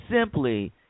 simply